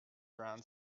around